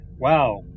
wow